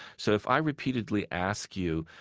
so if i repeatedly ask you,